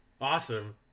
awesome